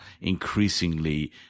increasingly